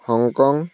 Hong Kong